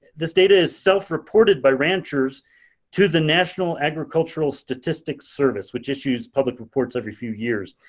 this data is self reported by ranchers to the national agricultural statistics service which issues public reports every few years.